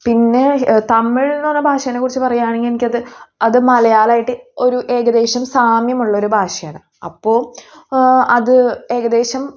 പിന്നെ തമിഴ് എന്നുള്ള ഭാഷേനെക്കുറിച്ച് പറയുകയാണെങ്കിൽ എനിക്കത് അത് മലയാളമായിട്ട് ഒരു ഏകദേശം സാമ്യമുള്ളൊരു ഭാഷയാണ് അപ്പോൾ അത് ഏകദേശം